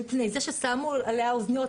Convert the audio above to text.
שמו עליה אוזניות.